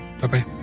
bye-bye